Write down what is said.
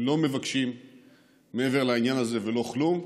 הם לא מבקשים מעבר לעניין הזה לא כלום.